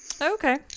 okay